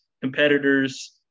competitors